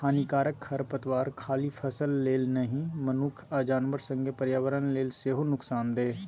हानिकारक खरपात खाली फसल लेल नहि मनुख आ जानबर संगे पर्यावरण लेल सेहो नुकसानदेह